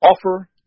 offer